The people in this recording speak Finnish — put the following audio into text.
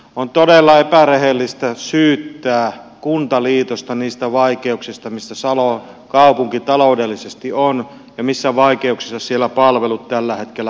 on todella epärehellistä syyttää kuntaliitosta niistä vaikeuksista missä salon kaupunki taloudellisesti on ja niistä vaikeuksista joissa siellä palvelut tällä hetkellä ovat